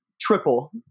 triple